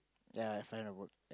ya I find a work